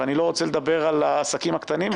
ואני לא רוצה לדבר על העסקים הקטנים,